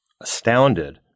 astounded